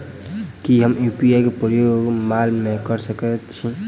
की हम यु.पी.आई केँ प्रयोग माल मै कऽ सकैत छी?